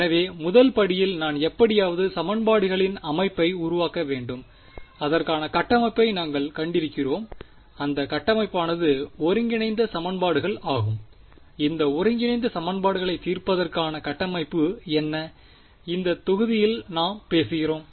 எனவே முதல் படியில் நான் எப்படியாவது சமன்பாடுகளின் அமைப்பை உருவாக்க வேண்டும் அதற்கான கட்டமைப்பை நாங்கள் கண்டிருக்கிறோம் அந்த கட்டமைப்பானது ஒருங்கிணைந்த சமன்பாடுகள் ஆகும் இந்த ஒருங்கிணைந்த சமன்பாடுகளை தீர்ப்பதற்கான கட்டமைப்பு என்ன இந்த தொகுதியில் நாம் பேசுகிறோம்